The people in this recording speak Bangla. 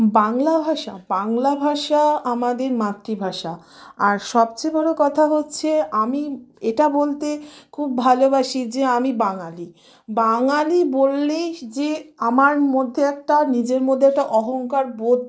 বাংলা ভাষা বাংলা ভাষা আমাদের মাতৃভাষা আর সবচেয়ে বড় কথা হচ্ছে আমি এটা বলতে খুব ভালোবাসি যে আমি বাঙালি বাঙালি বললেই যে আমার মধ্যে একটা নিজের মধ্যে একটা অহংকার বোধ